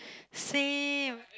same